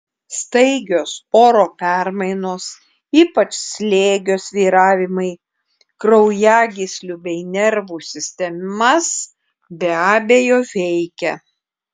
staigios oro permainos ypač slėgio svyravimai kraujagyslių bei nervų sistemas be abejo veikia